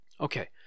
okay